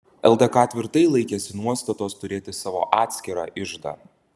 ldk tvirtai laikėsi nuostatos turėti savo atskirą iždą